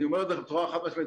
אני אומר את זה בצורה חד משמעית,